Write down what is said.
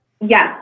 Yes